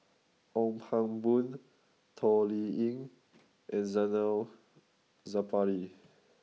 Ong Pang Boon Toh Liying and Zainal Sapari